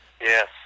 Yes